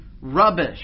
rubbish